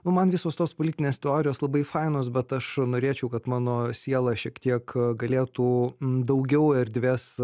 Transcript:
nu man visos tos politinės teorijos labai fainos bet aš norėčiau kad mano siela šiek tiek galėtų daugiau erdvės